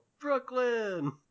brooklyn